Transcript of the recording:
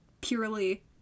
purely